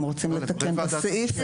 אתם רוצים לתקן את הסעיף?